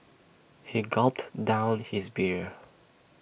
he gulped down his beer